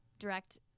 direct